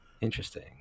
Interesting